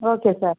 okay sir